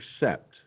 accept